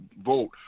vote